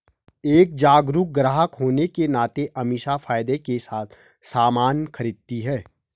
एक जागरूक ग्राहक होने के नाते अमीषा फायदे के साथ सामान खरीदती है